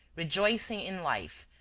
rejoicing in life,